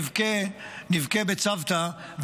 שנבכה בצוותא.